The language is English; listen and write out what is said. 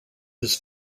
his